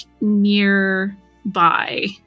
nearby